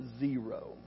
zero